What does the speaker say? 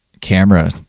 camera